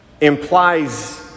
implies